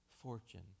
Fortune